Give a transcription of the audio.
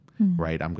right